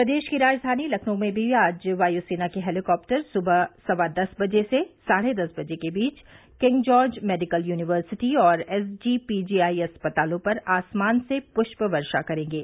प्रदेश की राजधानी लखनऊ में भी आज वायुसेना के हेलिकॉप्टर सुबह सवा दस बजे से साढ़े दस बजे के बीच किंग जॉर्ज मेडिकल यूनिवर्सिटी और एसजीपीजीआई अस्पतालों पर आसमान से पूष्प वर्षा करेंगे